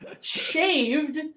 shaved